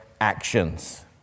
actions